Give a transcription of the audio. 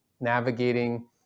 navigating